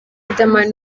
riderman